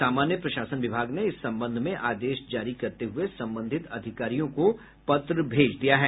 सामान्य प्रशासन विभाग ने इस संबंध में आदेश जारी करते हुये संबंधित अधिकारियों को पत्र भेज दिया है